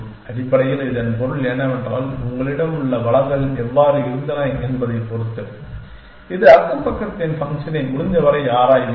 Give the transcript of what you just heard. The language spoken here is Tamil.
அடிப்படையில் இதன் பொருள் என்னவென்றால் உங்களிடம் உள்ள வளங்கள் எவ்வாறு இருந்தன என்பதைப் பொறுத்து இந்த நெய்பர்ஹூட் ஃபங்க்ஷனை முடிந்தவரை ஆராய்வீர்கள்